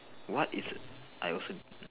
what is I also